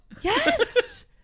Yes